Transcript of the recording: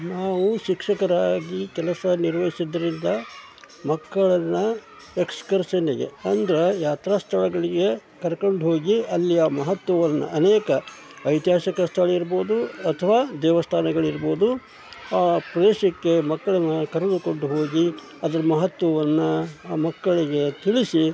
ನಾವು ಶಿಕ್ಷಕರಾಗಿ ಕೆಲಸ ನಿರ್ವಹಿಸೋದ್ರಿಂದ ಮಕ್ಕಳನ್ನು ಎಕ್ಸ್ಕರ್ಷನ್ನಿಗೆ ಅಂದ್ರೆ ಯಾತ್ರಾಸ್ಥಳಗಳಿಗೆ ಕರ್ಕಂಡ್ಹೋಗಿ ಅಲ್ಲಿಯ ಮಹತ್ವವನ್ನು ಅನೇಕ ಐತಿಹಾಸಿಕ ಸ್ಥಳ ಇರ್ಬೋದು ಅಥವಾ ದೇವಸ್ಥಾನಗಳಿರ್ಬೋದು ಆ ಪ್ರದೇಶಕ್ಕೆ ಮಕ್ಕಳನ್ನು ಕರೆದುಕೊಂಡು ಹೋಗಿ ಅದ್ರ ಮಹತ್ವವನ್ನು ಆ ಮಕ್ಕಳಿಗೆ ತಿಳಿಸಿ